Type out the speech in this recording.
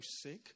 sick